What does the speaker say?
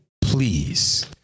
please